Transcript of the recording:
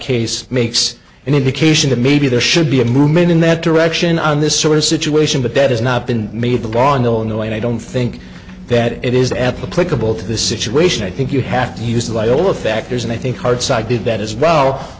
case makes an indication that maybe there should be a movement in that direction on this sort of situation but that has not been made the law in illinois and i don't think that it is applicable to the situation i think you have to use the iowa factors and i think hard side did that as well